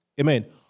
Amen